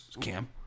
Cam